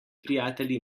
prijatelji